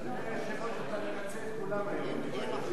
היושב-ראש, אתה מרצה את כולם היום.